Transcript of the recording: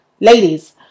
ladies